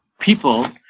people